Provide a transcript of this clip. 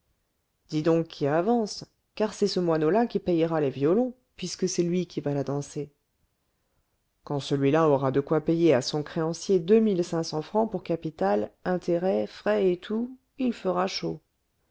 dis donc qui avance car c'est ce moineau là qui payera les violons puisque c'est lui qui va la danser quand celui-là aura de quoi payer à son créancier deux mille cinq cents francs pour capital intérêts frais et tout il fera chaud